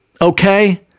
Okay